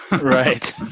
Right